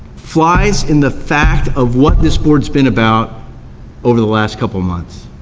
flies in the fact of what this board's been about over the last couple of months.